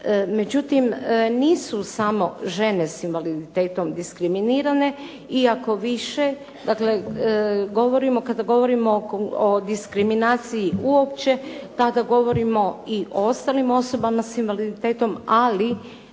Međutim, nisu samo žene s invaliditetom diskriminirane. Iako više govorimo kada govorimo o diskriminaciji uopće, tada govorimo i o ostalim osobama s invaliditetom. Ali